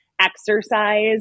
exercise